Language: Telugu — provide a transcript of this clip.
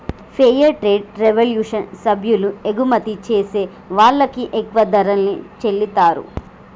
ఫెయిర్ ట్రేడ్ రెవల్యుషన్ సభ్యులు ఎగుమతి జేసే వాళ్ళకి ఎక్కువ ధరల్ని చెల్లిత్తారు